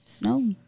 No